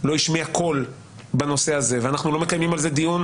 לא השמיע קול בנושא הזה ואנחנו לא מקיימים על זה דיון,